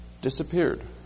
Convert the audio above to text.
disappeared